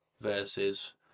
versus